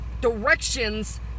directions